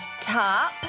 top